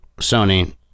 Sony